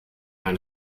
eine